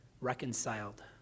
reconciled